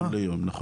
ליום, נכון.